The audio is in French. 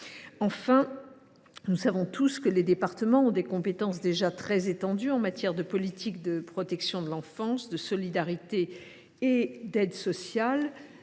attachés. Par ailleurs, les départements ont des compétences déjà très étendues en matière de politique de protection de l’enfance, de solidarité et d’aide sociale.